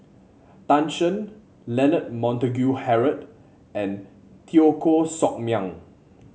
Tan Shen Leonard Montague Harrod and Teo Koh Sock Miang